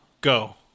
Go